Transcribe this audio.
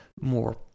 more